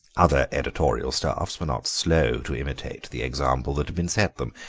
other editorial staffs were not slow to imitate the example that had been set them.